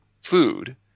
food